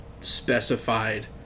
specified